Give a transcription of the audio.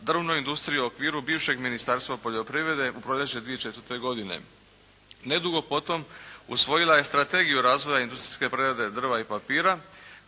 drvnu industriju u okviru bivšeg Ministarstva poljoprivrede u proljeće 2004. godine. Nedugo potom usvojila je Strategiju razvoja industrijske prerade drva i papira,